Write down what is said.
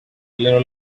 little